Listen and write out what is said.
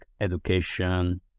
education